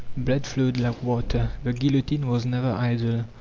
blood flowed like water, the guillotine was never idle,